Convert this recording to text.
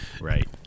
Right